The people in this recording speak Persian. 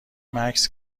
مکث